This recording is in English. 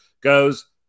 goes